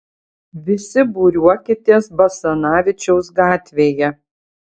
visi būriuokitės basanavičiaus gatvėje